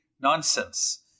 nonsense